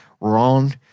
wrong